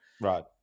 Right